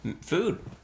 food